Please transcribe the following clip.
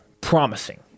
promising